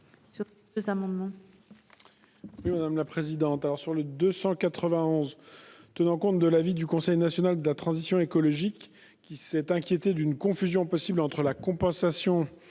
que ces deux amendements